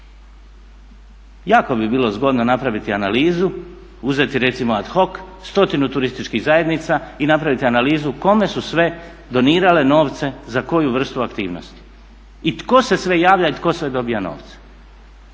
Jako bi bilo zgodno napraviti analizu, uzeti recimo ad hoc stotinu turističkih zajednica i napraviti analizu kome su sve donirale novce za koju vrstu aktivnosti i tko se sve javlja i tko sve dobiva novce.